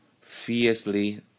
fiercely